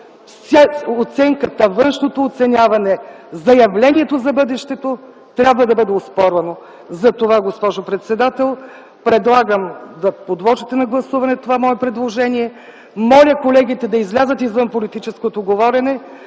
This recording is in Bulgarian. образование външното оценяване, заявлението за бъдещето трябва да бъде оспорвано. Затова, госпожо председател, предлагам да подложите на гласуване това мое предложение. Моля колегите да излязат извън политическото говорене,